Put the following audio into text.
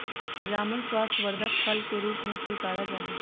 जामुन स्वास्थ्यवर्धक फल के रूप में स्वीकारा जाहई